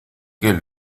que